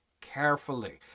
carefully